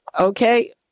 Okay